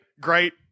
Great